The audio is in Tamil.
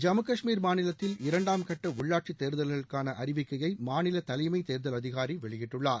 ஜம்மு காஷ்மீர் மாநிலத்தில் இரண்டாம் கட்ட உள்ளாட்சி தேர்தல்களுக்கான அறிவிக்கையை மாநில தலைமை தேர்தல் அதிகாரி வெளியிட்டுள்ளார்